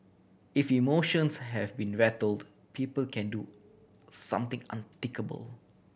if emotions have been rattled people can do something unthinkable